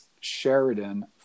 Sheridan